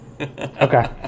Okay